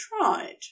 tried